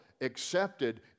accepted